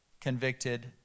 convicted